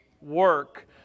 work